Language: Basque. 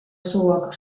zuok